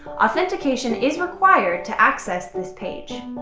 authentication is required to access this page.